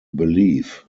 belief